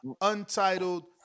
untitled